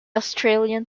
australian